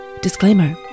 Disclaimer